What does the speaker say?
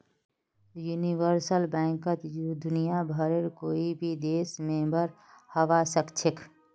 universal बैंकत दुनियाभरेर कोई भी देश मेंबर हबा सखछेख